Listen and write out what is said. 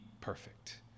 perfect